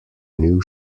new